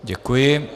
Děkuji.